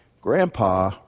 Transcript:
Grandpa